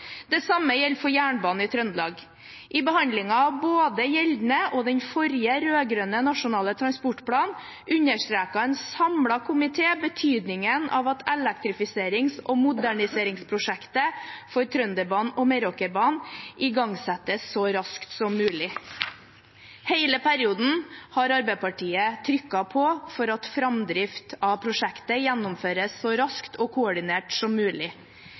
Det samme gjelder for jernbanen i Trøndelag. I behandlingen av både gjeldende nasjonal transportplan og den forrige rød-grønne nasjonale transportplanen understreket en samlet komité betydningen av at elektrifiserings- og moderniseringsprosjektet for Trønderbanen og Meråkerbanen igangsettes så raskt som mulig. Hele perioden har Arbeiderpartiet trykket på for framdrift og at prosjektet gjennomføres så raskt og koordinert som mulig.